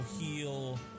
heal